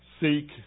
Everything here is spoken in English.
seek